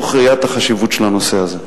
מתוך ראיית החשיבות של הנושא הזה.